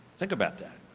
think about that.